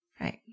Right